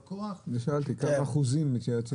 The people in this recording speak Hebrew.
כמה אחוזים מתייעצים.